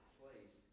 place